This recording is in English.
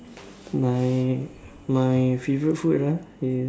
my my my favourite food ah is